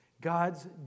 God's